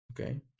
Okay